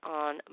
on